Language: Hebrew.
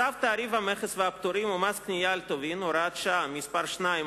צו תעריף המכס והפטורים ומס קנייה על טובין (הוראת שעה) (מס' 2),